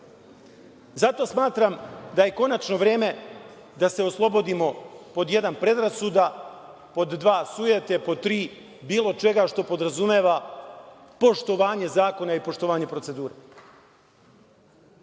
smatram da je konačno vreme da se oslobodimo – pod jedan, predrasuda, pod dva, sujete i pod tri, bilo čega što podrazumeva poštovanje zakona i poštovanje procedure. Ako